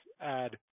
add